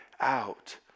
out